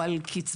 או על קצבאות,